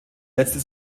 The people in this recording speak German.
letzte